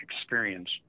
experience